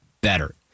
better